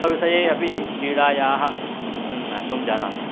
स्वविषये अपि क्रीडायाः महत्वं जानन्ति